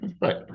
Right